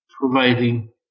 providing